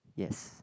yes